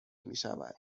میشود